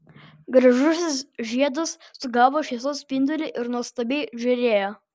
gražusis žiedas sugavo šviesos spindulį ir nuostabiai žėrėjo